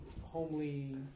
homely